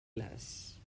les